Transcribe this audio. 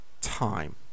time